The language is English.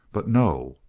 but no,